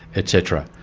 et cetera.